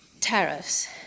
tariffs